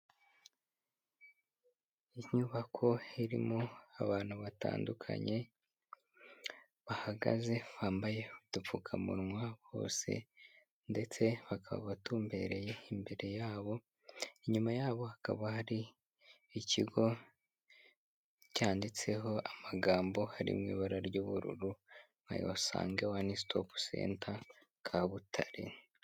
Inyubako irimo abantu batandukanye bahagaze bambaye udupfukamunwa hose ndetse bakaba batumbereye imbere yabo, inyuma yabo hakaba hari ikigo cyanditseho amagambo ari mu ibara ry'ubururu nkayabasange wani sitopu senta Kabutare.